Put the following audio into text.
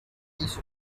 piece